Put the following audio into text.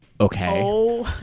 Okay